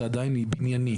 זה עדיין בנייני.